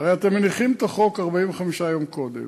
הרי אתם מניחים את החוק 45 יום קודם.